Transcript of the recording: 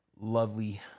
lovely